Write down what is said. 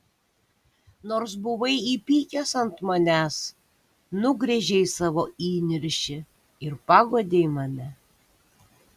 nors buvai įpykęs ant manęs nugręžei savo įniršį ir paguodei mane